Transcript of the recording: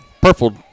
purple